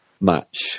match